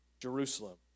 Jerusalem